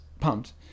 pumped